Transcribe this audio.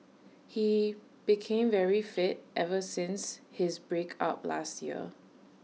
he became very fit ever since his break up last year